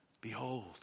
Behold